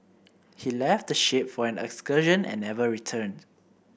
he left the ship for an excursion and never returned